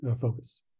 focus